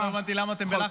כן, לא הבנתי למה אתם בלחץ.